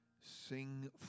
Sing